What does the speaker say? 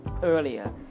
earlier